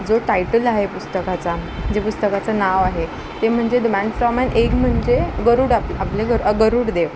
जो टायटल आहे पुस्तकाचा जे पुस्तकाचं नाव आहे ते म्हणजे the man from an egg म्हणजे गरूड आपले गरूडदेव